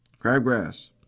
Crabgrass